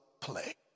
play